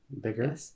Bigger